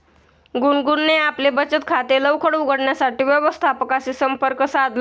गुनगुनने आपले बचत खाते लवकर उघडण्यासाठी व्यवस्थापकाशी संपर्क साधला